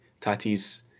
Tatis